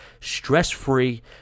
stress-free